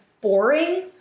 boring